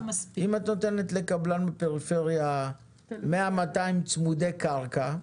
אם את נותנת לקבלן בפריפריה 200-100 צמודי קרקע,